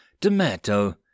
tomato